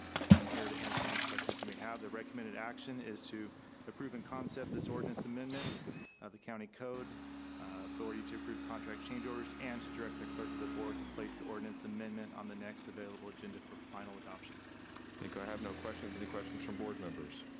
i'm here to answer any questions you may have. the recommended action is to approve in concept this ordinance amendment of the county code authority to approve contract change orders, and to direct the clerk of the board to place the ordinance amendment on the next available agenda for final adoption. i think i have no questions. any questions from board members?